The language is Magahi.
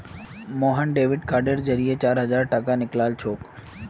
मोहन डेबिट कार्डेर जरिए चार हजार टाका निकलालछोक